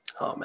Amen